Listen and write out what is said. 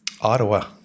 Ottawa